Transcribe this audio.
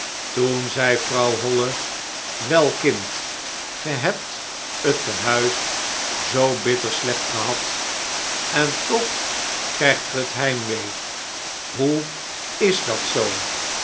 toen zei vrouw holle wel kind ge hebt t te huis zoo bitter slecht gehad en toch krijgt ge het heimwee hoe is dat zoo